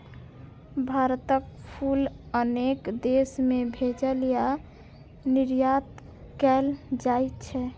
भारतक फूल अनेक देश मे भेजल या निर्यात कैल जाइ छै